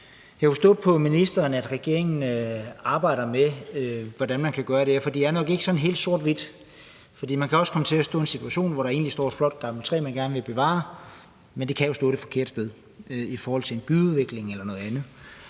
Jeg kunne forstå på ministeren, at regeringen arbejder med, hvordan man kan gøre det her, for det er nok ikke sådan helt sort-hvidt. Man kan også komme til at stå i en situation, hvor der egentlig står et flot gammelt træ, man gerne vil bevare, men det kan jo stå det forkerte sted i forhold til en byudvikling eller noget andet.